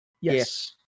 Yes